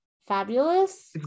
fabulous